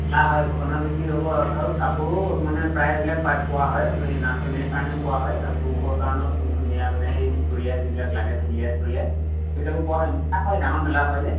মেলা হয় গগনা বিক্ৰী হ'ব আৰু কাপোৰো মানে প্ৰায় বিলাক পোৱা হয় এই নাচনীৰ কাৰণেও পোৱা হয় আৰু পুৰুষৰ কাৰণেও ধুনীয়া মানে এই চুৰিয়া যিবিলাক লাগে ধূলীয়া চুৰিয়া সেইবিলাকো পোৱা হয় হয় ডাঙৰ মেলা হয় যে